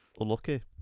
Unlucky